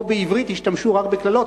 או שבעברית ישתמשו רק בקללות,